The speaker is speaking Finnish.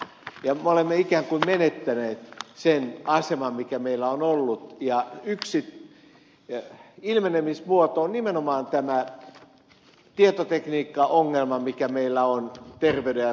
me olemme ikään kuin menettäneet sen aseman mikä meillä on ollut ja yksi ilmenemismuoto on nimenomaan tämä tietotekniikkaongelma mikä meillä on terveyden ja sairaanhoidossa